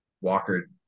Walker